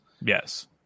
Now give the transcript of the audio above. Yes